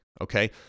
okay